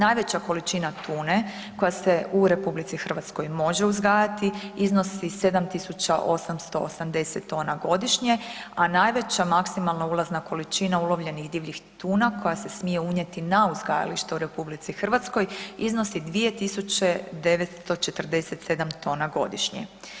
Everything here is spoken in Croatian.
Najveća količina tune koja se u RH može uzgajati iznosi 7.880 tona godišnje, a najveća maksimalna ulazna količina ulovljenih divljih tuna koja se smije unijeti na uzgajalište u RH iznosi 2.947 tona godišnje.